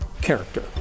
character